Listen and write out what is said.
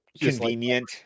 convenient